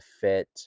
fit